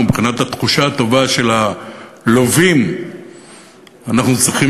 ומבחינת התחושה הטובה של הלווים אנחנו צריכים